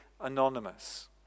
anonymous